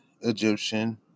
Egyptian